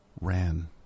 ran